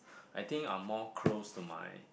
I think I'm more close to my